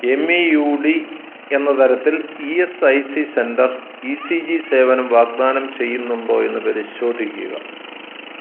M E U D എന്ന തരത്തിൽ E S I C centre E C G സേവനം വാഗ്ദാനം ചെയ്യുന്നുണ്ടോയെന്നു പരിശോധിക്കുക